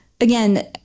again